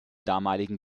damaligen